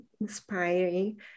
inspiring